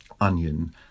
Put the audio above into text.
onion